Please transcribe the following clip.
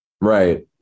Right